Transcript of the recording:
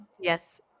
Yes